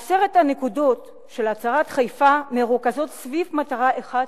עשר הנקודות של "הצהרת חיפה" מרוכזות סביב מטרה אחת,